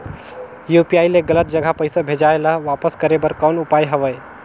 UPI ले गलत जगह पईसा भेजाय ल वापस करे बर कौन उपाय हवय?